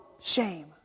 shame